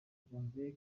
janvier